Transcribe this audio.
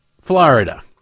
Florida